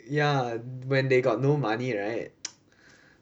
ya when they got no money right